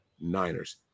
niners